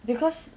because